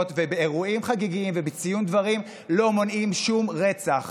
ובאירועים חגיגיים ובציון דברים לא מונעים שום רצח.